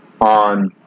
on